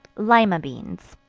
lima beans.